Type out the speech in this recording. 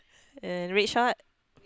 uh red short